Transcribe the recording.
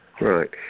Right